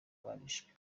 barishwe